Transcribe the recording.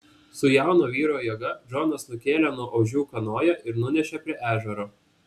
su jauno vyro jėga džonas nukėlė nuo ožių kanoją ir nunešė prie ežero